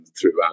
throughout